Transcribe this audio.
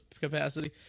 capacity